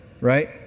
Right